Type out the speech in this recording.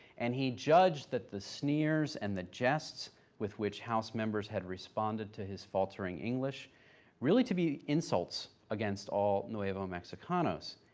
and he judged that the sneers and the jests with which house members had responded to his faltering english really to be insults against all nuevo mexicanos.